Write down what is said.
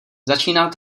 začíná